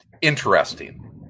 interesting